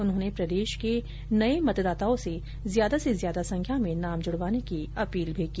उन्होंने प्रदेश के नव मतदाताओं से ज्यादा से ज्यादा संख्या में नाम जुड़वाने की अपील भी की